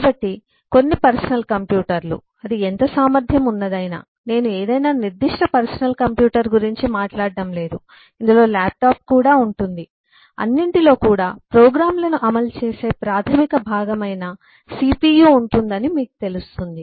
కాబట్టి కొన్ని పర్సనల్ కంప్యూటర్లు ఎంత సామర్థ్యం ఉన్నదైనా నేను ఏదైనా నిర్దిష్ట పర్సనల్ కంప్యూటర్ గురించి మాట్లాడటం లేదు ఇందులో ల్యాప్టాప్ కూడా ఉంటుంది అన్నింటిలో కూడా ప్రోగ్రామ్లను అమలు చేసే ప్రాథమిక భాగం అయిన సిపియు ఉంటుందని మీకు తెలుస్తుంది